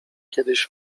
kiedyś